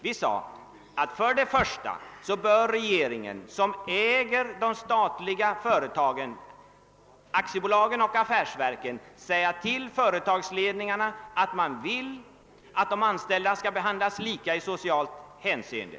Vi har först och främst sagt att regeringen, som äger de statliga företagen — aktiebolagen och affärsverken — bör säga till företagsledningarna att de anställda skall behandlas lika i socialt hänseende.